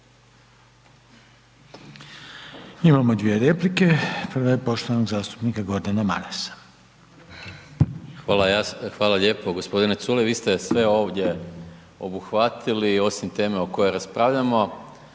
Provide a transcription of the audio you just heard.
Imamo dvije replike. Prva je poštovanog zastupnika Gordana Marasa. **Maras, Gordan (SDP)** Hvala lijepo. Gospodine Culej vi ste sve ove obuhvatili osim teme o kojoj raspravljamo